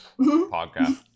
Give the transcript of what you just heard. podcast